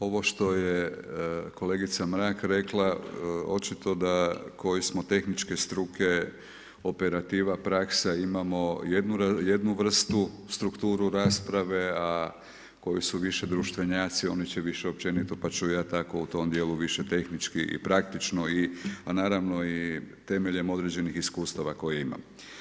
Ovo što je kolegica Mrak rekla, očito da koji smo tehničke struke operativa praksa imamo jednu vrstu strukturu rasprave, a koji su više društvenjaci, oni će više općenito, pa ću ja tako u tome dijelu više tehnički i praktično, a naravno i temeljem određenih iskustava koje imam.